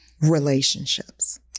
relationships